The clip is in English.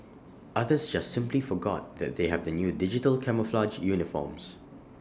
others just simply forgot that they have the new digital camouflage uniforms